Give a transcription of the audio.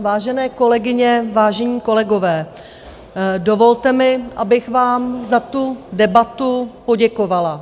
Vážené kolegyně, vážení kolegové, dovolte mi, abych vám za tu debatu poděkovala.